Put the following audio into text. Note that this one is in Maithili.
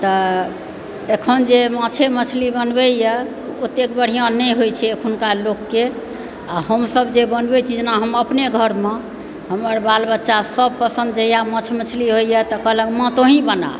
तऽ अखन जे माछे मछली बनबैया ओतेक बढ़िआँ नहि होइत छै अखुनका लोककेँ आ हमसब जे बनबय छी जेना हम अपने घरमे हमर बाल बच्चासब पसन्द जहिया माछ मछली होइया तऽ कहलक माँ तोही बना